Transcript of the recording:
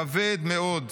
כבד מאוד.